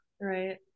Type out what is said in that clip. Right